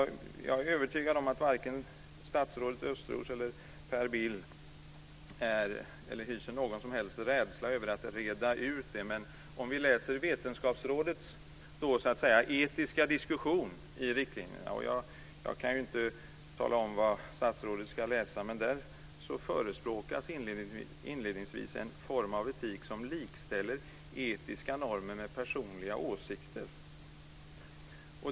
Jag är övertygad om att varken statsrådet Östros eller Per Bill hyser någon som helst rädsla för att reda ut detta. Men om vi läser Vetenskapsrådets etiska diskussion i riktlinjerna - jag kan ju inte tala om vad statsrådet ska läsa - ser vi att där inledningsvis förespråkas en form av etik som likställer etiska normer med personliga åsikter.